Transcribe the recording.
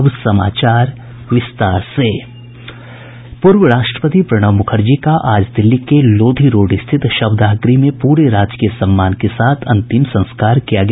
पूर्व राष्ट्रपति प्रणब मुखर्जी का आज दिल्ली के लोधी रोड स्थित शवदाह गृह में पूरे राजकीय सम्मान के साथ अंतिम संस्कार किया गया